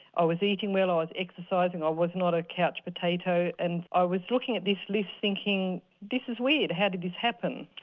i was eating well, i was exercising, i was not a couch potato and i was looking at this list thinking this is weird, how did this happen.